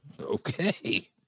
Okay